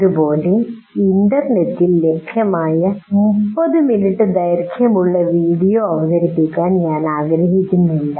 അതുപോലെ ഇന്റർനെറ്റിൽ ലഭ്യമായ 30 മിനിറ്റ് ദൈർഘ്യമുള്ള വീഡിയോ അവതരിപ്പിക്കാൻ ഞാൻ ആഗ്രഹിക്കുന്നില്ല